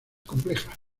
complejas